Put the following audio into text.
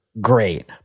great